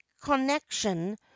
connection